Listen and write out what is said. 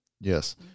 Yes